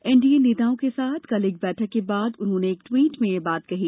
NDA नेताओं के साथ कल बैठक के बाद उन्होंने एक ट्रवीट में ये बात कही